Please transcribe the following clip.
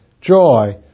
joy